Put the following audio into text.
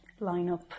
lineup